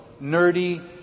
nerdy